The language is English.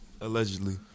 Allegedly